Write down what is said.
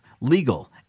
legal